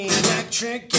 electric